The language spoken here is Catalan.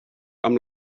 amb